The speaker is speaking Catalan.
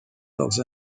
dels